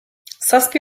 zazpi